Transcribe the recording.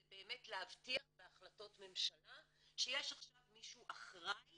באמת להבטיח בהחלטות ממשלה שיש עכשיו מישהו אחראי